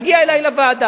מגיע אלי לוועדה.